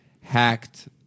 hacked